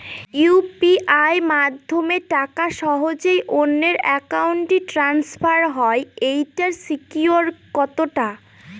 UPI মাধ্যমে টাকা সহজেই অন্যের অ্যাকাউন্ট ই ট্রান্সফার হয় এইটার সিকিউর কত টা?